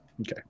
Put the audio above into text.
Okay